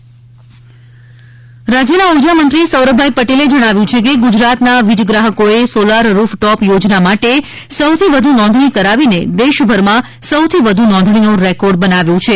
rooftop યોજના સૌરભભાઇ પટેલ રાજ્યના ઉર્જામંત્રી સૌરભભાઇ પટેલે જણાવ્યું છે કે ગુજરાતના વીજ ગ્રાહકોએ સોલાર રૂફટોપ યોજના માટે સૌથી વધુ નોંધણી કરાવીને દેશભરમાં સૌથી વધુ નોંધણીનો રેકોર્ડ બનાવ્યો છે